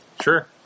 Sure